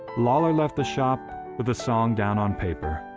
lawlor left the shop with the song down on paper.